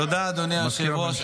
תודה, אדוני היושב-ראש.